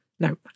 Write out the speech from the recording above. No